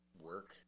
work